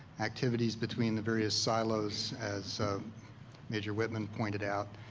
activities between the various silos, as major whitman pointed out.